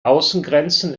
außengrenzen